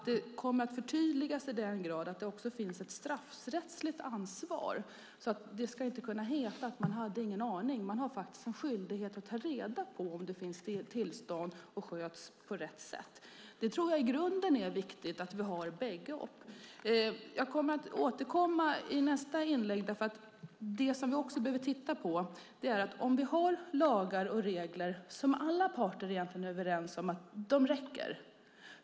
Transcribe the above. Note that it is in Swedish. Det kommer att förtydligas i den grad att det också finns ett straffrättsligt ansvar. Det ska inte heta att man inte hade en aning. Man har faktiskt en skyldighet att ta reda på om det finns tillstånd och att de sköts på rätt sätt. Det är i grunden viktigt. Jag kommer att återkomma i nästa inlägg. Vi behöver också titta på om lagar och regler som alla parter är överens om räcker.